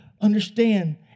understand